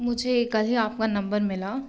मुझे कल ही आपका नंबर मिला